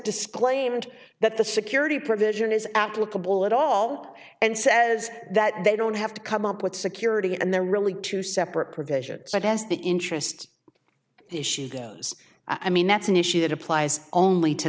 disclaimed that the security provision is applicable it all out and says that they don't have to come up with security and there are really two separate provisions but as the interest issue goes i mean that's an issue that applies only to